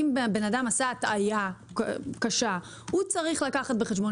כי אם בן אדם עשה הטעיה קשה הוא צריך לקחת בחשבון